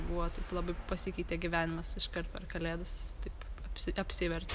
buvo taip labai pasikeitė gyvenimas iškart per kalėdas taip apsi apsivertė